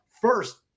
First